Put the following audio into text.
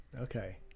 Okay